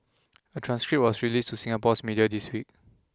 a transcript was released to Singapore's media this week